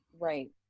right